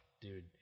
dude